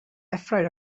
afraid